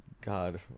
God